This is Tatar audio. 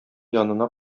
янына